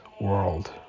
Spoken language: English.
world